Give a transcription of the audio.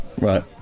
right